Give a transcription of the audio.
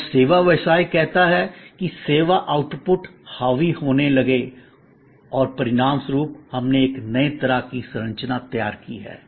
और सेवा व्यवसाय कहता है कि सेवा आउटपुट हावी होने लगे और परिणाम स्वरूप हमने एक नई तरह की संरचना तैयार की है